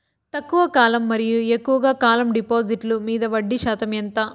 తక్కువ కాలం మరియు ఎక్కువగా కాలం డిపాజిట్లు మీద వడ్డీ శాతం ఎంత?